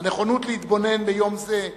הנכונות להתבונן ביום זה,